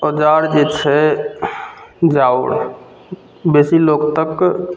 बाजार जे छै जाउ बेसी लोक तक